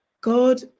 God